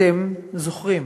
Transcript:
אתם זוכרים.